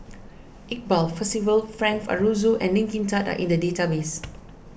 Iqbal Percival Frank Aroozoo and Lee Kin Tat are in the database